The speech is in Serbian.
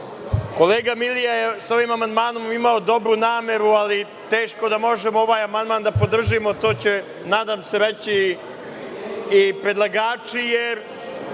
Kolega Milija je ovim amandmanom imao dobru nameru, ali teško da možemo ovaj amandman da podržimo, to će, nadam se, reći i predlagači, jer